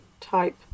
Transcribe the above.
type